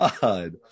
God